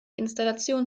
installation